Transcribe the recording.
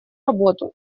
работу